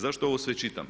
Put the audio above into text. Zašto ovo sve čitam?